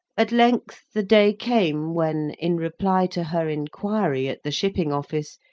at length the day came when, in reply to her inquiry at the shipping office,